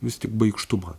vis tik baikštumą